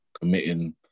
committing